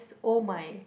oh my